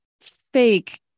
fake